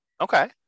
Okay